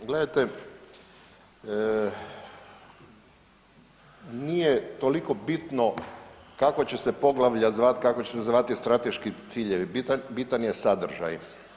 Gledajte, nije toliko bitno kako će se poglavlja zvat, kako će se zvati strateški ciljevi bitan je sadržaj.